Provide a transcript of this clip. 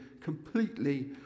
completely